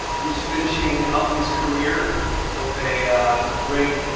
who's finishing up his career with a great